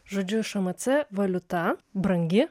žodžiu šmc valiuta brangi